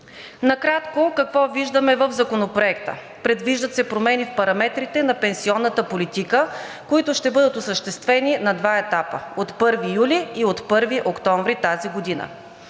Накратко – какво виждаме в Законопроекта. Предвиждат се промени в параметрите на пенсионната политика, които ще бъдат осъществени на два етапа: от 1 юли и от 1 октомври тази година.